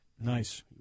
Nice